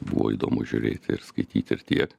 buvo įdomu žiūrėti ir skaityti ir tiek